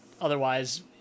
otherwise